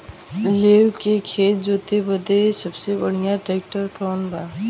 लेव के खेत जोते बदे सबसे बढ़ियां ट्रैक्टर कवन बा?